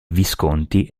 visconti